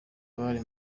abari